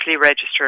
registered